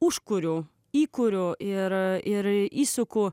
už kurių į kurio ir įsuku